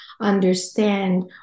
understand